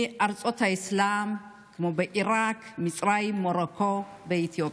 מארצות האסלאם, כמו עיראק, מצרים, מרוקו ואתיופיה.